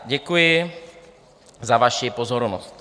Děkuji za vaši pozornost.